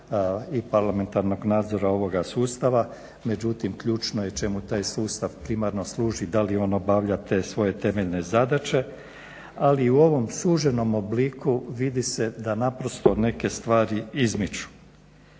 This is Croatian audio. i parlamentarnog nadzora ovoga sustava. Međutim, ključno je čemu taj sustav primarno služi da li on obavlja te svoje temeljne zadaće, ali i u ovom suženom obliku vidi se da naprosto neke stvari izmiču.